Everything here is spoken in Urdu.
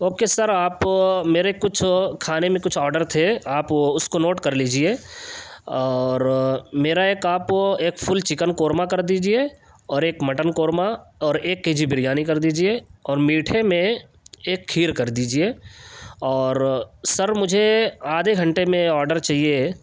اوکے سر آپ میرے کچھ کھانے میں کچھ آرڈر تھے آپ اس کو نوٹ کر لیجئے اور میرا ایک آپ ایک فل چكن قورمہ کر دیجیے اور ایک مٹن قورمہ اور ایک کے جی بریانی کر دیجیے اور میٹھے میں ایک کھیر کر دیجیے اور سر مجھے آدھے گھنٹے میں آرڈر چاہیے